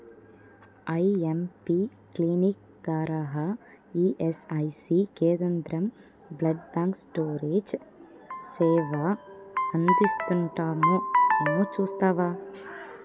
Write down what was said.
IMP clinic తరహా ESIC కేంద్రం blood bank storage సేవ అందిస్తుంటాము నువ్వు చూస్తావా